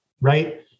right